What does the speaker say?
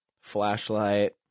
Flashlight